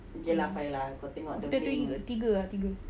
mm wolverine tiga ah tiga